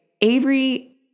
Avery